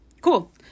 Cool